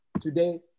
today